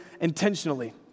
intentionally